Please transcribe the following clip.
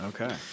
Okay